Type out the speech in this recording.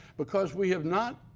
because we have not,